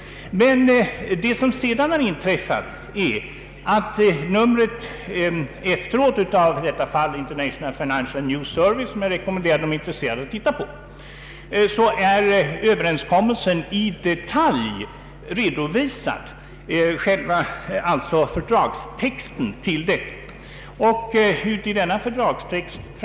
I nästa nummer av International Financial News Survey däremot, som jag rekommenderar intresserade att läsa, är överenskommelsen i detalj redovisad, genom att man publicerar själva fördragstexten.